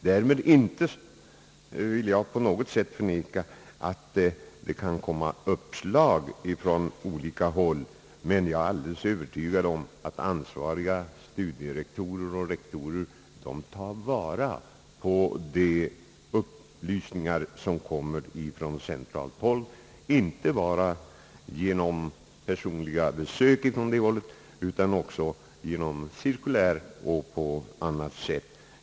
Därmed vill jag inte på något sätt förneka, att det kan komma uppslag från olika håll, men jag är alldeles övertygad om att ansvariga studierektorer och rektorer tar vara på de upplysningar som lämnas från centralt håll, inte bara genom personliga besök därifrån utan också genom cirkulär och på annat sätt.